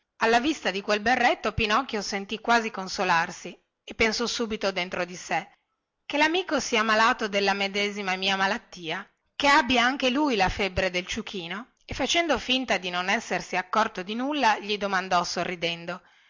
alla vista di quel berretto pinocchio sentì quasi consolarsi e pensò subito dentro di sé che lamico sia malato della mia medesima malattia che abbia anche lui la febbre del ciuchino e facendo finta di non essersi accorto di nulla gli domandò sorridendo